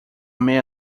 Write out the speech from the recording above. meia